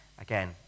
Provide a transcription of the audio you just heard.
again